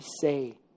say